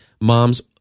mom's